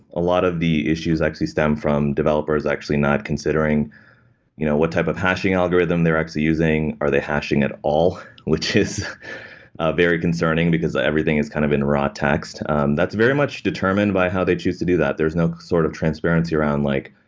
a lot of the issues actually stem from developers actually not considering you know what type of hashing algorithm they're actually using. are they hashing it all? which is very concerning, because ah everything is kind of in raw text. um that's very much determined by how they choose to do that. there's no sort of transparency around like,